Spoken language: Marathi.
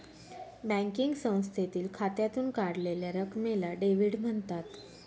बँकिंग संस्थेतील खात्यातून काढलेल्या रकमेला डेव्हिड म्हणतात